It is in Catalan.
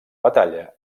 batalla